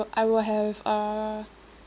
I will have uh